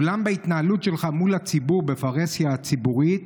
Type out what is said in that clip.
אולם בהתנהלות שלך מול הציבור בפרהסיה הציבורית,